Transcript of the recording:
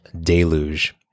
deluge